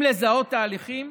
אם לזהות תהליכים,